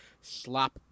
slop